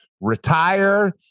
retire